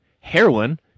heroin